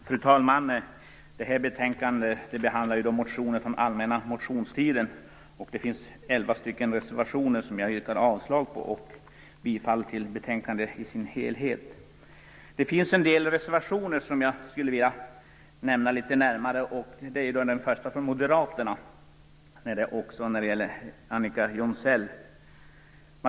Fru talman! I det här betänkandet behandlas motioner från den allmänna motionstiden. Det finns till betänkandet elva reservationer, som jag yrkar avslag på. Jag yrkar också bifall till utskottets hemställan på samtliga punkter. Det finns en del reservationer som jag skulle vilja ta upp litet närmare. Det gäller först en motion från Moderaterna och Annika Jonsell.